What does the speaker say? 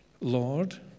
Lord